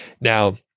now